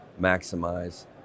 maximize